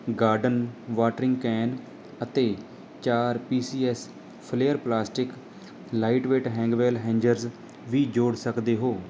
garden watering can ਅਤੇ ਚਾਰ P C S flair plastic lightweight Hangwell hangers ਵੀ ਜੋੜ ਸਕਦੇ ਹੋ